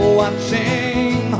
watching